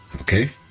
Okay